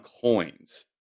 coins